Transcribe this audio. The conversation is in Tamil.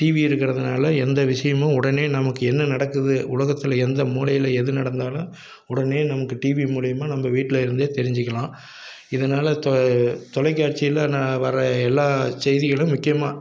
டிவி இருக்கிறதுனால எந்த விஷயமும் உடனே நமக்கு என்ன நடக்குது உலகத்தில் எந்த மூலையில் எது நடந்தாலும் உடனே நமக்கு டிவி மூலியுமாக நம்ம வீட்டில் இருந்தே தெரிஞ்சிக்கலாம் இதனால தொ தொலைக்காட்சியில் நான் வர்ற எல்லா செய்திகளும் முக்கியமாக